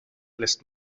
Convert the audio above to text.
lässt